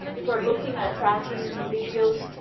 people are looking and tracking the videos,